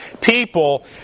people